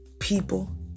people